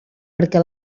perquè